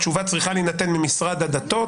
התשובה צריכה להינתן ממשרד הדתות.